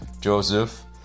Joseph